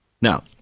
Now